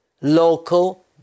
local